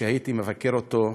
וכשהייתי מבקר אותו,